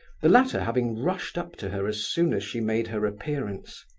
the latter having rushed up to her as soon as she made her appearance.